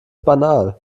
banal